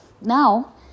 now